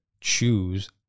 choose